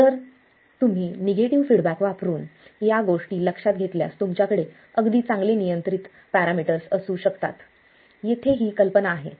तर जर तुम्ही निगेटिव्ह फीडबॅक वापरुन या गोष्टी लक्षात घेतल्यास तुमच्याकडे अगदी चांगले नियंत्रित पॅरामीटर्स असू शकतात येथे ही कल्पना आहे